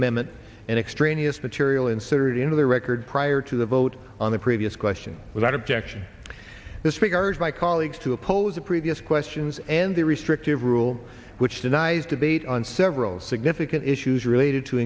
amendment and extraneous material inserted into the record prior to the vote on the previous question without objection this regards my colleagues to oppose the previous questions and the restrictive rule which denies debate on several significant issues related to